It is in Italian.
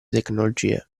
tecnologie